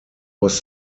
was